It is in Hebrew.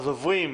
אז מגיעים